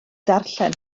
ddarllen